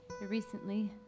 recently